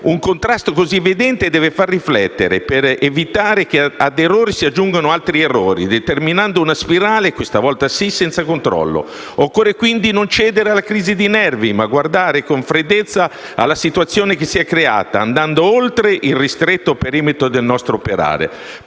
Un contrasto così evidente deve far riflettere, per evitare che ad errori si aggiungano altri errori, determinando una spirale - questa volta sì - senza controllo. Occorre quindi non cedere alle crisi di nervi, ma guardare con freddezza alla situazione che si è creata, andando oltre il ristretto perimetro del nostro operare,